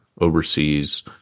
overseas